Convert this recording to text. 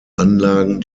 anlagen